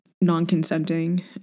non-consenting